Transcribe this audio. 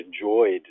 enjoyed